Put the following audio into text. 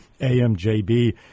AMJB